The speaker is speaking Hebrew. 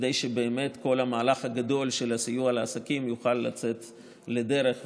כדי שכל המהלך הגדול של הסיוע לעסקים יוכל לצאת לדרך ולהתבצע.